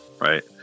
right